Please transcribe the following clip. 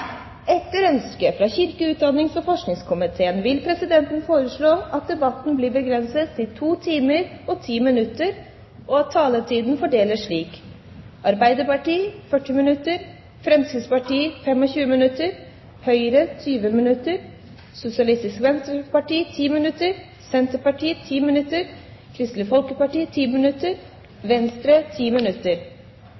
Etter ønske fra kirke-, utdannings- og forskningskomiteen vil presidenten foreslå at debatten blir begrenset til 2 timer og 10 minutter, og at taletiden fordeles slik: Arbeiderpartiet 40 minutter, Fremskrittspartiet 25 minutter, Høyre 20 minutter, Sosialistisk Venstreparti 10 minutter, Senterpartiet 10 minutter, Kristelig Folkeparti 10 minutter